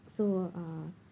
so uh